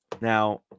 Now